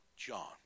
John